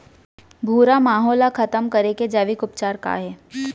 भूरा माहो ला खतम करे के जैविक उपचार का हे?